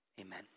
Amen